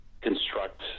construct